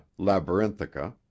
labyrinthica